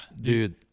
dude